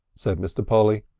said mr. polly.